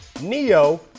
Neo